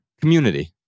Community